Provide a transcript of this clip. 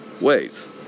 ways